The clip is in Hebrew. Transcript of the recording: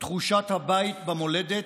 תחושת הבית במולדת,